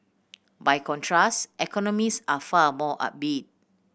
by contrast economists are far more upbeat